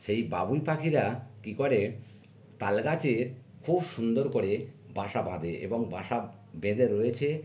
সেই বাবুই পাখিরা কী করে তাল গাছে খুব সুন্দর করে বাসা বাঁধে এবং বাসা বেঁধে রয়েছে